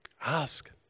Ask